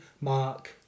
Mark